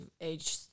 age